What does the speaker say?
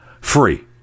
free